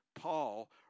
Paul